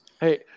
Hey